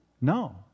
No